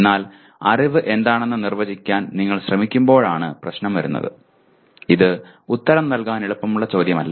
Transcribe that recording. എന്നാൽ അറിവ് എന്താണെന്ന് നിർവചിക്കാൻ നിങ്ങൾ ശ്രമിക്കുമ്പോഴാണ് പ്രശ്നം വരുന്നത് ഇത് ഉത്തരം നൽകാൻ എളുപ്പമുള്ള ചോദ്യമല്ല